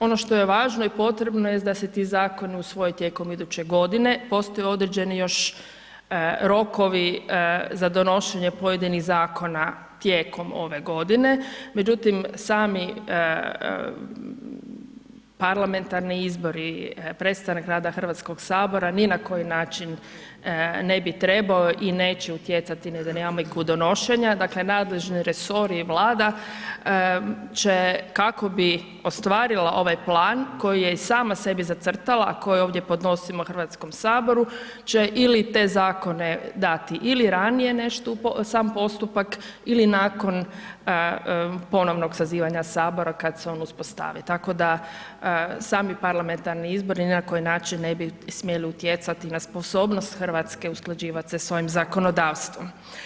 Ono što je važno i potrebno jest da se ti zakoni usvoje tijekom iduće godine, postoje određeni još rokovi za donošenje pojedinih zakona tijekom ove godine, međutim sami parlamentarni izbori, prestanak rada HS ni na koji način ne bi trebao i neće utjecati na dinamiku donošenja, dakle nadležni resor i Vlada će, kako bi ostvarila ovaj plan koja je i sama sebi zacrtala, a koje ovdje podnosimo HS, će ili te zakone dati ili ranije nešto u sam postupak ili nakon ponovnog sazivanja Sabora kad se on uspostavi, tako da sami parlamentarni izbori ni na koji način ne bi smjeli utjecati na sposobnost RH, usklađivat se s ovim zakonodavstvom.